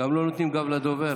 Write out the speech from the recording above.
לא נותנים גב לדוברת.